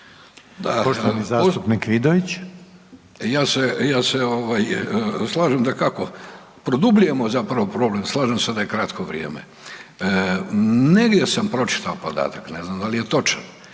Davorko (SDP)** Ja se slažem dakako, produbljujem zapravo probleme, slažem se da je kratko vrijeme. Negdje sam pročitao podatak, ne znam da li je točan,